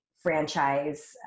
franchise